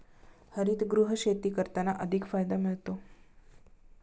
हरितगृह शेती करताना अधिक फायदा मिळतो